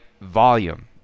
volume